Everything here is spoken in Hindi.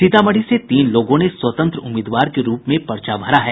सीतामढ़ी से तीन लोगों ने स्वतंत्र उम्मीदवार के रूप में पर्चा भरा है